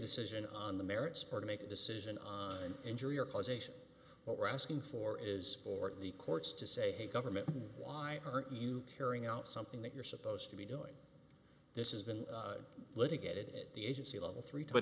decision on the merits or to make a decision on injury or causation what we're asking for is for the courts to say hey government why aren't you carrying out something that you're supposed to be doing this is been litigated at the agency level three put